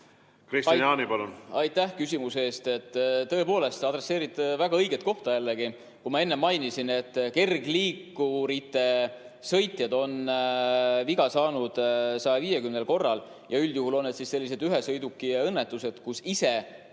Kristian Jaani, palun!